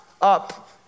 up